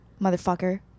motherfucker